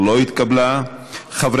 עמיר